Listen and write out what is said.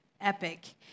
Epic